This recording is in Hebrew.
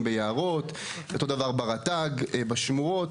ביערות אותו הדבר גם ברט"ג ובשמורות.